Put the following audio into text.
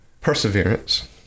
Perseverance